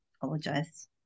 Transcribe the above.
apologize